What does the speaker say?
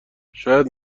شاید